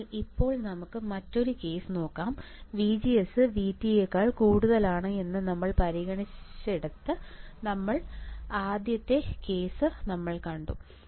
അതിനാൽ ഇപ്പോൾ നമുക്ക് മറ്റൊരു കേസ് നോക്കാം VGSVT എന്ന് നമ്മൾ പരിഗണിച്ചയിടത്ത് നമ്മൾ പരിഗണിച്ച ആദ്യത്തെ കേസ് നമ്മൾ കണ്ടു